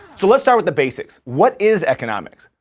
so let's start with the basics. what is economics?